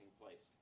place